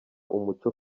umuco